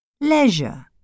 Leisure